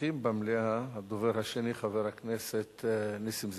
הנוכחים במליאה, הדובר השני, חבר הכנסת נסים זאב.